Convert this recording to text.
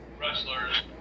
wrestlers